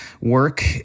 work